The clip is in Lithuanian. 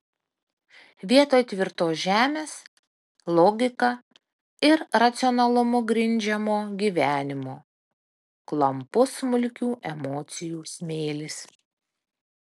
vietoj tvirtos žemės logika ir racionalumu grindžiamo gyvenimo klampus smulkių emocijų smėlis